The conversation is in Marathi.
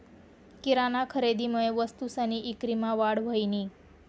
किराना खरेदीमुये वस्तूसनी ईक्रीमा वाढ व्हयनी